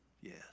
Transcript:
Yes